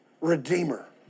Redeemer